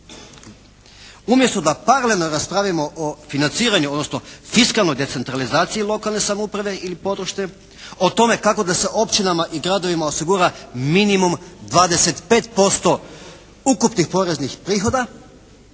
Umjesto da paralelno raspravimo o financiranju odnosno fiskalnoj decentralizaciji lokalne samouprave ili područne, o tome kako da se općinama i gradovima osigura minimum 25% ukupnih poreznih prihoda